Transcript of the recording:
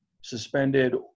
suspended